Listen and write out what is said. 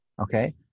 Okay